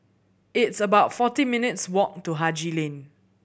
it's about forty minutes' walk to Haji Lane